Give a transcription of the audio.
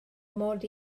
mod